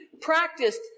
practiced